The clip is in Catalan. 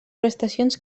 prestacions